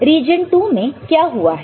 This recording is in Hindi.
तो रीजन II में क्या हुआ है